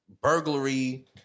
burglary